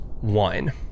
One